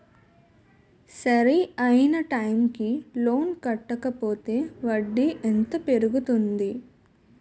సరి అయినా టైం కి లోన్ కట్టకపోతే వడ్డీ ఎంత పెరుగుతుంది?